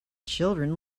children